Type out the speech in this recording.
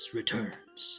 returns